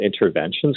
interventions